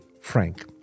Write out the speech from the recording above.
Frank